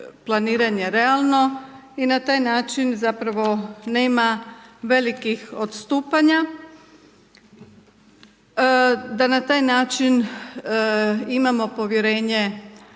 planiranje realno i na taj način zapravo nema velikih odstupanja, da na taj način imamo povjerenje